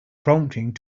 prompting